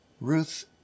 Ruth